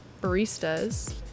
baristas